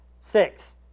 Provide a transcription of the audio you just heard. six